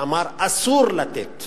שאמר: אסור לתת